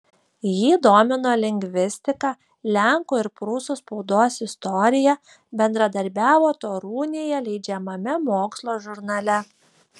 jį domino lingvistika lenkų ir prūsų spaudos istorija bendradarbiavo torūnėje leidžiamame mokslo žurnale